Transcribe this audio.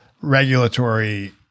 regulatory